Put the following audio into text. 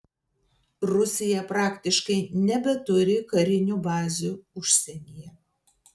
rusija praktiškai nebeturi karinių bazių užsienyje